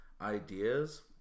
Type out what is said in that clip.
ideas